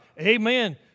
Amen